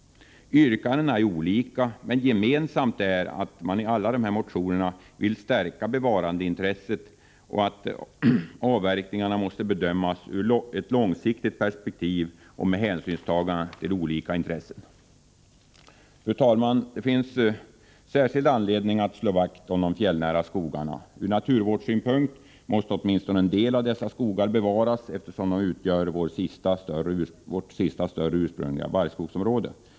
Yrkandena är olika, men gemensamt är att alla motionärer vill stärka bevarandeintresset och anser att avverkningarna måste bedömas ur ett långsiktigt perspektiv och med hänsynstagande till olika intressen. Fru talman! Det finns särskild anledning att slå vakt om de fjällnära skogarna. Ur naturvårdssynpunkt måste åtminstone en del av dessa skogar bevaras, eftersom de utgör vårt sista större ursprungliga barrskogsområde.